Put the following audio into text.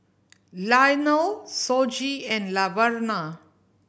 Leonel Shoji and Laverna